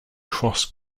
cross